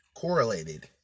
Correlated